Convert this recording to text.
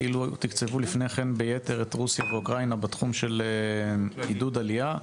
כאילו תקצבו לפני כן ביתר את רוסיה ואוקראינה בתחום של עידוד עלייה,